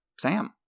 Sam